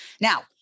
Now